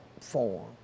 form